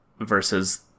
versus